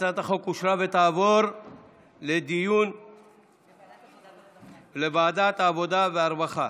הצעת החוק אושרה ותעבור לדיון בוועדת העבודה והרווחה.